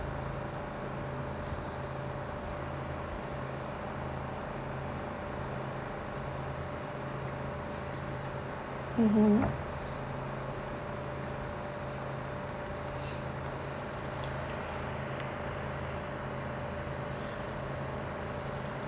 mmhmm